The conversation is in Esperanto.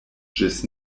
ĝis